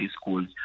schools